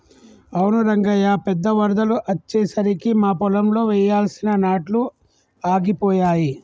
అవును రంగయ్య పెద్ద వరదలు అచ్చెసరికి మా పొలంలో వెయ్యాల్సిన నాట్లు ఆగిపోయాయి